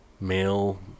Male